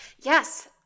Yes